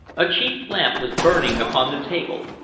a cheap lamp was burning upon the table,